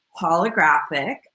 holographic